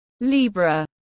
Libra